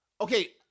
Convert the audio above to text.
okay